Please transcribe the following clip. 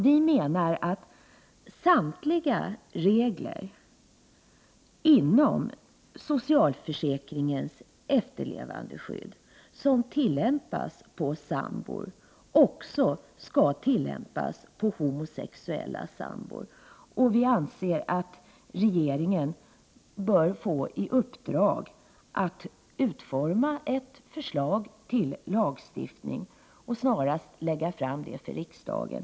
Vi menar i vpk att samtliga regler inom socialförsäkringens efterlevandeskydd som tillämpas på sambor också skall tillämpas på homosexuella sambor. Regeringen bör få i uppdrag att utforma ett förslag till lagstiftning och snarast lägga fram det för riksdagen.